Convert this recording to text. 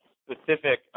specific